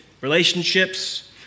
relationships